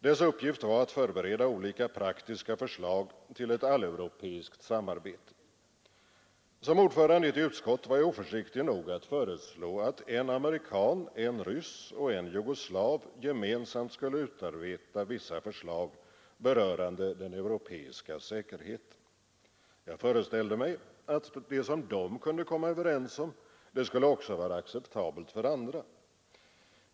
Dess uppgift var att förbereda olika praktiska förslag till ett alleuropeiskt samarbete. Som ordförande i ett utskott var jag oförsiktig nog att föreslå att en amerikan, en ryss och en jugoslav gemensamt skulle utarbeta vissa förslag berörande den europeiska säkerheten. Jag föreställde mig att det som de kunde komma överens om också skulle vara acceptabelt för andra.